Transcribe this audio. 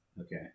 Okay